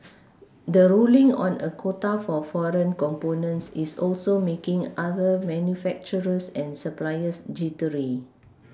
the ruling on a quota for foreign components is also making other manufacturers and suppliers jittery